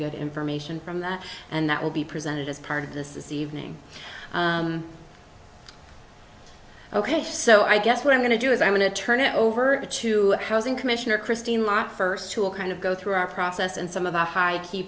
good information from that and that will be presented as part of this is evening ok so i guess what i'm going to do is i'm going to turn it over to housing commissioner christine locke first to all kind of go through our process and some of the high key